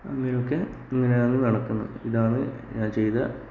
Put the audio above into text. അങ്ങനൊക്കെ ആണ് നടക്കുന്നത് ഇതാണ് ഞാൻ ചെയ്ത